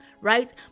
right